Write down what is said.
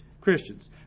Christians